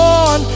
on